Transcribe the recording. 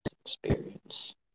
Experience